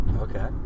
Okay